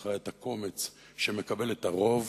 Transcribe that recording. מנציחה את הקומץ שמקבל את הרוב,